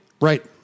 right